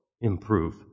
improve